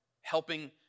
helping